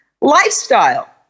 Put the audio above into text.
lifestyle